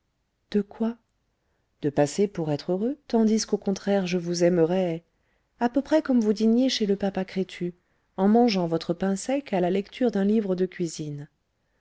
de quoi de passer pour être heureux tandis qu'au contraire je vous aimerai à peu près comme vous dîniez chez le papa crétu en mangeant votre pain sec à la lecture d'un livre de cuisine